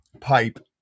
pipe